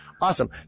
Awesome